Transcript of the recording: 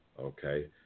okay